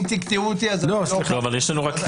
אם תקטעו אני לא אוכל --- אבל יש לנו מעט זמן.